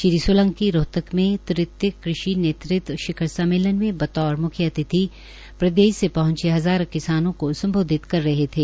श्री सोलंकी रोहतक में तृतीय नेतृत्व शिखर सम्मेलन में बतौर मुख्य अतिथि प्रदेश से पहंचे कपि हजारों किसानों को सम्बोधित कर रहे थे